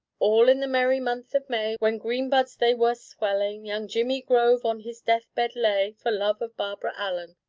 all in the merry month of may when green buds they were swellin', young jemmy grove on his death-bed lay, for love of barbara allen